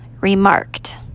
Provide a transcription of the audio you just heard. remarked